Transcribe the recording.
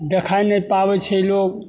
देखै नहि पाबै छै लोक